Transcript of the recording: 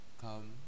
come